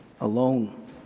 alone